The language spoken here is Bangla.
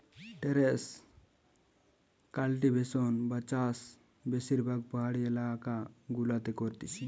টেরেস কাল্টিভেশন বা চাষ বেশিরভাগ পাহাড়ি এলাকা গুলাতে করতিছে